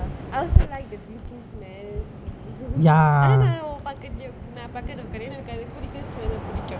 I also like the drinking smell I அதா நா உன் பக்கத்து நா பக்கத்துல உக்காறேன் ஏனா அதுக்கு புடிக்கும்:athaa naa un pakkathu naa pakkathula ukkaren yaenaa athukku pudikkum smell ah புடிக்கும்:pudikkum